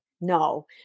No